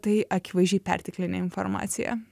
tai akivaizdžiai perteklinė informacija